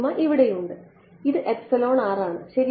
ഇവിടെയുണ്ട് ഇത് ആണ് ശരിയല്ലേ